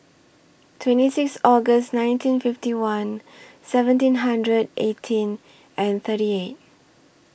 twenty six August nineteen fifty one seventeen hundred eighteen and thirty eight